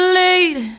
late